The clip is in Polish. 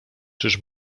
czyż